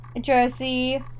jersey